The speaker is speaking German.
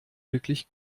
wirklich